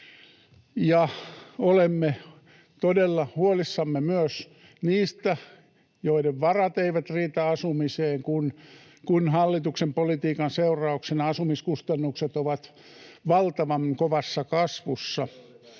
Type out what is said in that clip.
Olemme todella huolissamme myös niistä, joiden varat eivät riitä asumiseen, kun hallituksen politiikan seurauksena asumiskustannukset ovat valtavan kovassa kasvussa.